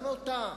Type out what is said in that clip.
גם אותה